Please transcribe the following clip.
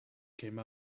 came